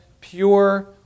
pure